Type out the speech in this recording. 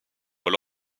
dans